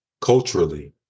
Culturally